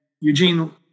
Eugene